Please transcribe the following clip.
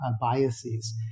biases